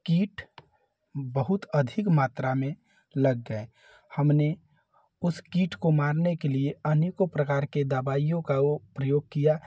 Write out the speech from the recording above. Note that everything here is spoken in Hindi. कीट बहुत अधिक मात्रा में लग गए हमने उस कीट को मारने के लिए अनेकों प्रकार के दवाइयों का ओ प्रयोग किया